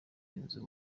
inzu